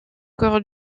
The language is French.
cœur